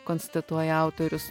konstatuoja autorius